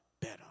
better